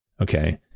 okay